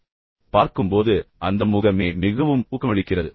நீங்கள் அதைப் பார்க்கும்போது அந்த முகமே மிகவும் ஊக்கமளிக்கிறது